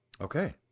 Okay